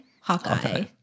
Hawkeye